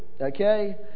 okay